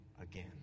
again